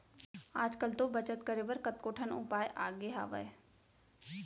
आज कल तो बचत करे बर कतको ठन उपाय आगे हावय